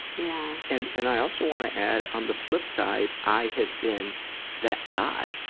yeah. and, and i also wanna add, on the flip side, i have been that guy,